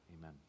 Amen